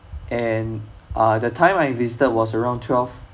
and uh the time I visited was around twelve